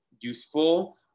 useful